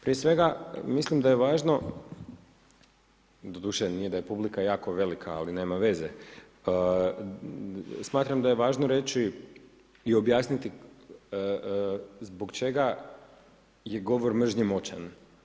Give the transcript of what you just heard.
Prije svega mislim da je važno, doduše nije da je publika jako velika, ali nema veze, smatram da je važno reći i objasniti zbog čega je govor mržnje moćan.